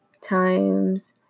times